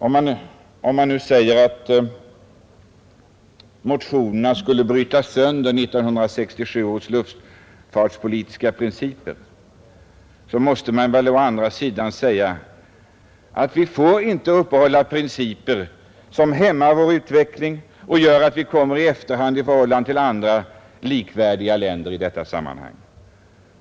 Om man nu menar att motionerna skulle bryta sönder 1967 års luftfartspolitiska principer, måste det väl å andra sidan sägas att vi inte får uppehålla principer som hämmar vår utveckling och gör att vi kommer i efterhand i förhållande till andra likvärdiga länder i detta sammanhang.